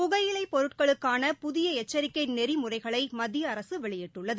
புகையிலை பொருட்களுக்கான புதிய எச்சரிக்கை நெறிமுறைகளை மத்திய அரசு வெளியிட்டுள்ளது